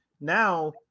now